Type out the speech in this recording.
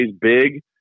big